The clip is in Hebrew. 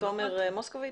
תומר מוסקוביץ'?